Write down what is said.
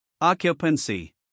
Occupancy